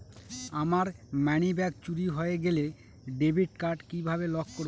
আমার মানিব্যাগ চুরি হয়ে গেলে ডেবিট কার্ড কিভাবে লক করব?